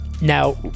now